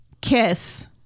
kiss